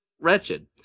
wretched